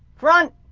front!